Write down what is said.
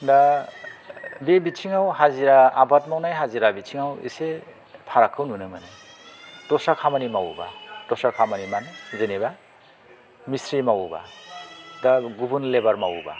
दा बे बिथिङाव हाजिरा आबाद मावनाय हाजिरा बिथिङाव एसे फारागखौ नुनो मोनो दस्रा खामानि मावोबा दस्रा खामानि मानि जेनोबा मिस्ट्रि मावोबा बा गुबुन लेबार मावोबा